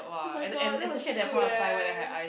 oh-my-god that was good eh